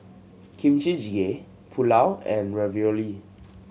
Kimchi Jjigae Pulao and Ravioli